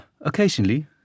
occasionally